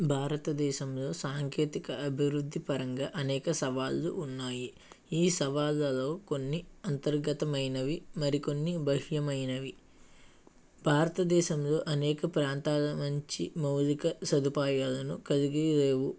భారతదేశంలో సాంకేతిక అభివృద్ధి పరంగా అనేక సవాళ్ళు ఉన్నాయి ఈ సవాళ్ళలో కొన్ని అంతర్గతమైనవి మరికొన్ని బాహ్యమైనవి భారతదేశంలో అనేక ప్రాంతాల నుంచి మౌలిక సదుపాయాలను కలిగి లేవు